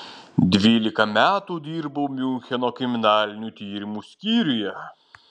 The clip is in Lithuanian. dvylika metų dirbau miuncheno kriminalinių tyrimų skyriuje